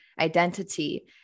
identity